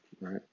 right